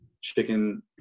chicken